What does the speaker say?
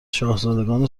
شاهزادگان